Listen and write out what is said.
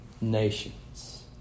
nations